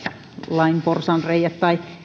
lain porsaanreiät